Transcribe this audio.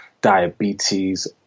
diabetes